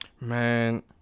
Man